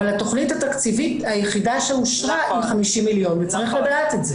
אבל התכנית התקציבית היחידה שאושרה היא 50 מיליון וצריך לדעת את זה.